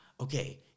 okay